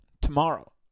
tomorrow